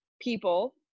people